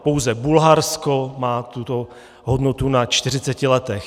Pouze Bulharsko má tuto hodnotu na 40 letech.